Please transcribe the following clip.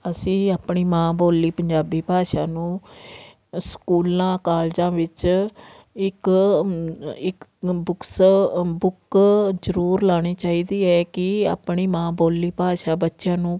ਅਸੀਂ ਆਪਣੀ ਮਾਂ ਬੋਲੀ ਪੰਜਾਬੀ ਭਾਸ਼ਾ ਨੂੰ ਸਕੂਲਾਂ ਕਾਲਜਾਂ ਵਿੱਚ ਇੱਕ ਇੱਕ ਬੁੱਕਸ ਬੁੱਕ ਜ਼ਰੂਰ ਲਗਾਉਣੀ ਚਾਹੀਦੀ ਹੈ ਕਿ ਆਪਣੀ ਮਾਂ ਬੋਲੀ ਭਾਸ਼ਾ ਬੱਚਿਆਂ ਨੂੰ